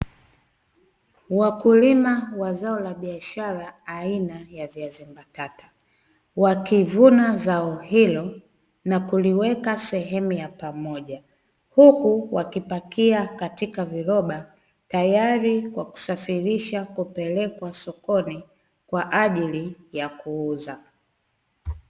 Wakulima wa zao la biashara aina ya viazi mbatata, wakivuna zao hilo na kuliweka sehemu ya pamoja huku wakipakia katika viroba tayari kwa kusafirisha kupelekwa sokoni kwa ajili ya kuuza.